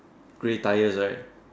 grey tires right